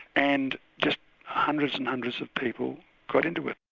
and just hundreds and hundreds of people got into it.